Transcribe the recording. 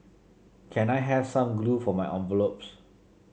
can I has some glue for my envelopes